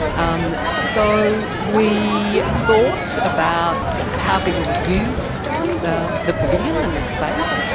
um so we thought about how people would use the the pavilion and the space,